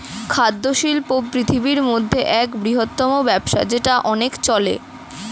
খাদ্য শিল্প পৃথিবীর মধ্যে এক বৃহত্তম ব্যবসা যেটা অনেক চলে